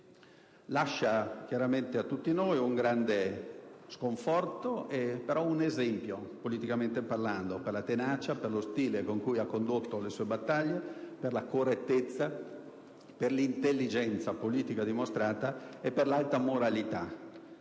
Lascia, chiaramente, in tutti noi un grande sconforto, ma anche un esempio, politicamente parlando, per la tenacia, lo stile con cui ha condotto le sue battaglie, la correttezza, l'intelligenza politica dimostrata e l'alta moralità;